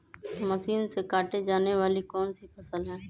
Machine से काटे जाने वाली कौन सी फसल है?